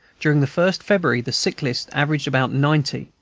during the first february the sick-list averaged about ninety,